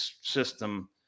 system